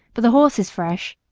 but the horse is fresh.